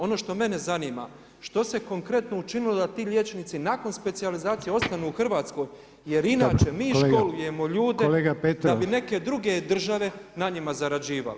Ono što mene zanima što se konkretno učinilo da ti liječnici, nakon specijalizacije ostanu u Hrvatskoj, jer inače mi školujemo ljude [[Upadica Reiner: Dobro, kolega Petrov.]] da bi neke druge države na njima zarađivali.